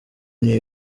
new